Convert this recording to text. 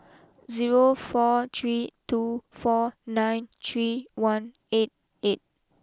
zero four three two four nine three one eight eight